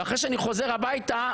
ואחרי שאני חוזר הביתה,